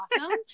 awesome